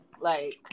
Like-